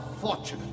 fortunate